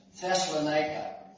Thessalonica